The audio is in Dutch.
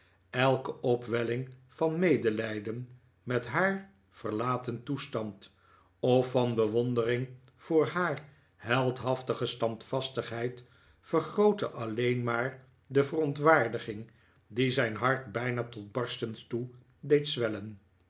elke opwelling van medelijden met haar verlaten toestand of van bewondering voor haar heldhaftige standvastigheid vergrootte alleen maar de verontwaardiging die zijn hart bijna tot barstens toe deed zwellen